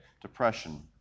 depression